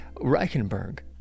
Reichenberg